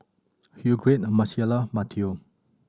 Hildegarde Marcella Matteo